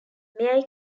may